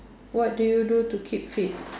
what do you do to keep fit